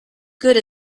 good